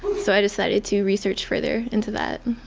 so, i decided to research further into that.